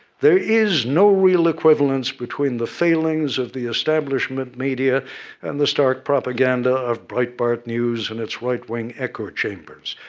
there is no real equivalence between the failings of the establishment media and the stark propaganda of breitbart news and its right-wing echo chambers.